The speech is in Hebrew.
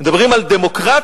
מדברים על דמוקרטיה?